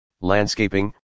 landscaping